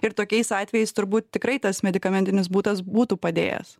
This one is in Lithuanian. ir tokiais atvejais turbūt tikrai tas medikamentinis būdas būtų padėjęs